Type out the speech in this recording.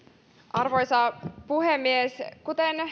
arvoisa puhemies kuten